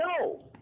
No